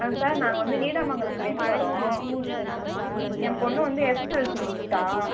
ஆ sir நாங்கள் வந்து நீடாமங்கலத்துலேந்து வரோம் என் பொண்ணு வந்து எஸ்எஸ்எல்சி முடிஷ்ட்டா